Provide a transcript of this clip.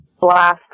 blast